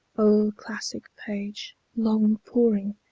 o'er classic page long poring.